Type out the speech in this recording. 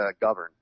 govern